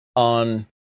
On